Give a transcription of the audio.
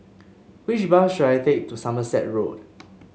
which bus should I take to Somerset Road